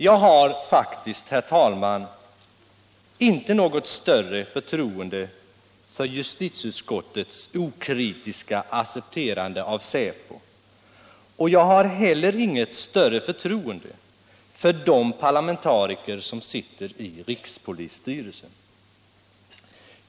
Jag har faktiskt, herr talman, inte något större förtroende för justitieutskottets okritiska accepterande av säpo. Jag har heller inget större förtroende för de parlamentariker som sitter i rikspolisstyrelsen.